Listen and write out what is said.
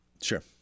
Sure